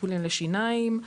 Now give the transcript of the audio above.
טיפולים לשיניים,